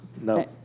No